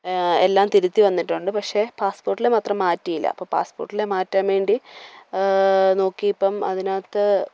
എല്ലാം തിരുത്തി വന്നിട്ടുണ്ട് പക്ഷെ പാസ്സ്പോർട്ടിലെ മാത്രം മാറ്റിയില്ല അപ്പോൾ പാസ്സ്പോർട്ടിലെ മാറ്റാൻ വേണ്ടി നോക്കിയിപ്പം അതിനകത്ത്